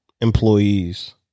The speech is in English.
employees